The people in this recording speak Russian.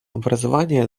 образование